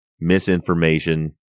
misinformation